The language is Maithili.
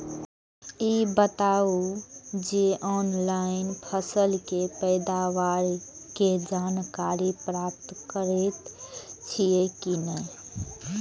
ई बताउ जे ऑनलाइन फसल के पैदावार के जानकारी प्राप्त करेत छिए की नेय?